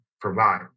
provide